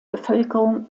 bevölkerung